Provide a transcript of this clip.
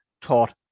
taught